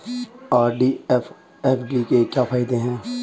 RD और FD के क्या फायदे हैं?